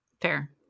Fair